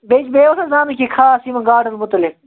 بیٚیہِ بیٚیہِ اوسا زانُن کیٚنٛہہ خاص یِمَن گاڈَن مُتعلِق